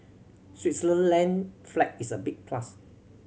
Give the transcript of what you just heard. Switzerland flag is a big plus